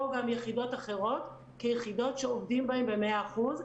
גם יחידות אחרות כיחידות שעובדים בהן במאה אחוז,